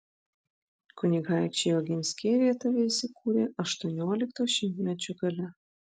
kunigaikščiai oginskiai rietave įsikūrė aštuoniolikto šimtmečio gale